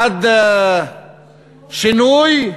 עד שינוי,